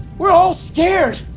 we're all scared.